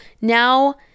now